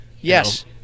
Yes